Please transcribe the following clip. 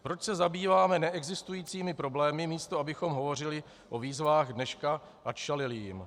Proč se zabýváme neexistujícími problémy, místo abychom hovořili o výzvách dneška a čelili jim?